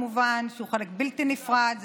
שכמובן הוא חלק בלתי נפרד,